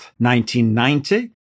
1990